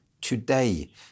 today